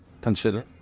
consider